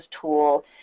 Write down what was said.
tool